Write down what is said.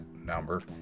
number